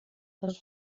els